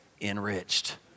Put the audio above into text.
enriched